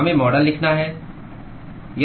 हमें मॉडल लिखना है